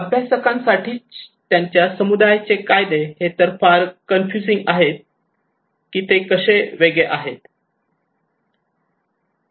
अभ्यासकांसाठी त्यांच्या समुदायाचे कायदे हे फार कन्फ्युझिंग आहेत की ते कसे वेगळे आहेत